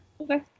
okay